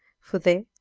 for there,